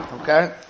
Okay